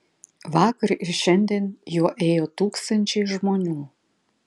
vakar ir šiandien juo ėjo tūkstančiai žmonių